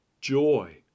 joy